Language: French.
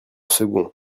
second